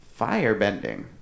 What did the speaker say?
firebending